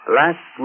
last